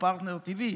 או פרטנר טי.וי,